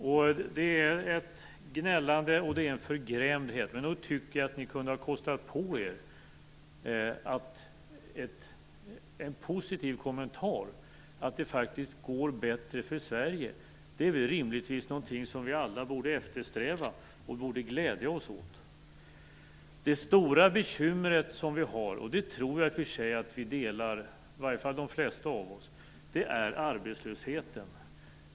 Det är ett gnällande och en förgrämdhet. Men jag tycker att ni kunde ha kostat på er en positiv kommentar om att det faktiskt går bättre för Sverige. Det är väl rimligtvis något som vi alla borde eftersträva och glädja oss åt. Det stora bekymret som vi har, vilket jag tror att de flesta av oss delar, är arbetslösheten.